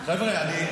חבר'ה,